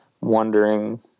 wondering